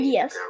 Yes